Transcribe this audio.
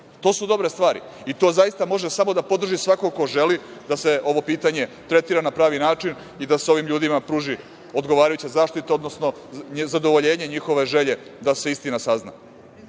su dobre stvari i to zaista može samo da podrži svako ko želi da se ovo pitanje tretira na pravi način i da se ovim ljudima pruži odgovarajuća zaštita, odnosno zadovoljenje njihove želje da se istina sazna.U